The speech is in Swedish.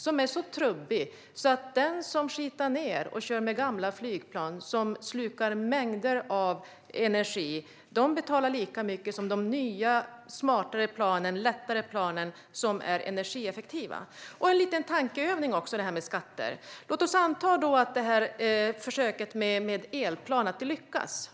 Den är så trubbig att den som skitar ned och kör med gamla flygplan som slukar mängder av energi får betala lika mycket som den som har nya, smartare och lättare plan som är energieffektiva. Vi kan göra en liten tankeövning om detta med skatter. Låt oss anta att försöket med elplan lyckas.